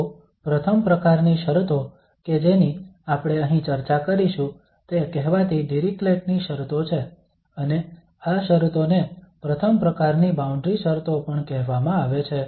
તો પ્રથમ પ્રકારની શરતો કે જેની આપણે અહીં ચર્ચા કરીશું તે કહેવાતી ડિરીક્લેટની શરતો Dirichlet's conditions છે અને આ શરતોને પ્રથમ પ્રકારની બાઉન્ડ્રી શરતો પણ કહેવામાં આવે છે